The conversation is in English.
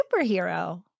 superhero